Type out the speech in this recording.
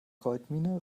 goldmine